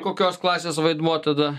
kokios klasės vaidmuo tada